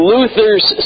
Luther's